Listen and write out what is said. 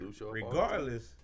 regardless